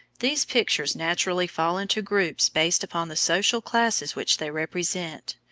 these pictures naturally fall into groups based upon the social classes which they represent,